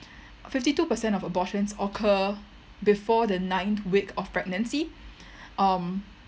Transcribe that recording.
fifty two percent of abortions occurs before the ninth week of pregnancy um